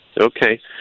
Okay